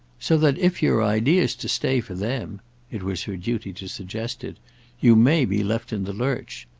so that if your idea's to stay for them it was her duty to suggest it you may be left in the lurch.